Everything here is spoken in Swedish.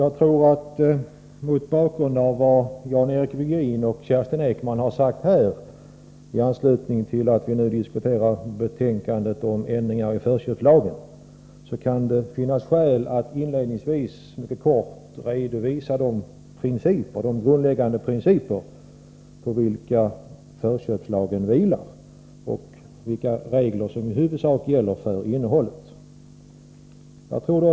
Herr talman! Mot bakgrund av vad Jan-Eric Virgin och Kerstin Ekman har sagt här i anslutning till diskussionen om betänkandet beträffande ändringar i förköpslagen kan det finnas skäl att inledningsvis mycket kort redovisa de grundläggande principer på vilka förköpslagen vilar och vilka regler som i huvudsak gäller för innehållet.